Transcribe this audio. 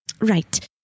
right